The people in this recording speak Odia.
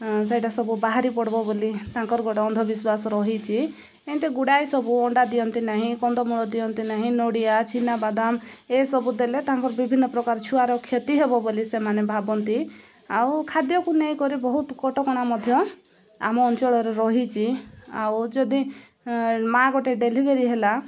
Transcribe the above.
ସେଇଟା ସବୁ ବାହାରି ପଡ଼ିବ ବୋଲି ତାଙ୍କର ଗୋଟେ ଅନ୍ଧବିଶ୍ୱାସ ରହିଛି ଏମିତି ଗୁଡ଼ାଏ ସବୁ ଅଣ୍ଡା ଦିଅନ୍ତି ନାହିଁ କନ୍ଦମୂଳ ଦିଅନ୍ତି ନାହିଁ ନଡ଼ିଆ ଚିନାବାଦାମ ଏସବୁ ଦେଲେ ତାଙ୍କର ବିଭିନ୍ନ ପ୍ରକାର ଛୁଆର କ୍ଷତି ହେବ ବୋଲି ସେମାନେ ଭାବନ୍ତି ଆଉ ଖାଦ୍ୟକୁ ନେଇକରି ବହୁତ କଟକଣା ମଧ୍ୟ ଆମ ଅଞ୍ଚଳରେ ରହିଛି ଆଉ ଯଦି ମା ଗୋଟେ ଡେଲିଭେରି ହେଲା